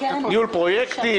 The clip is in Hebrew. ניהול פרויקטים,